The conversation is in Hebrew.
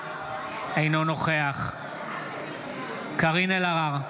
אינו נוכח קארין אלהרר,